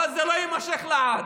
אבל זה לא יימשך לעד.